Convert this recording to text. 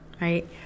right